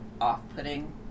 off-putting